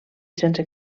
sense